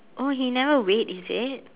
oh he never wait is it